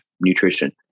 nutrition